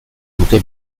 nuke